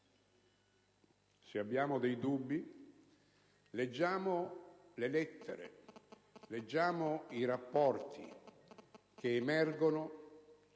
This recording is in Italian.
se abbiamo dei dubbi, leggiamo le lettere ed i rapporti che emergono